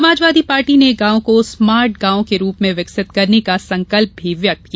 Samajwadi party ने गांवों को स्मार्ट गांव के रूप में विकसित करने का संकल्प भी व्यक्त किया